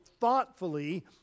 thoughtfully